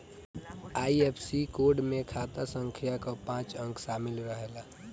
IFSC code में खाता संख्या कअ पांच अंक शामिल रहेला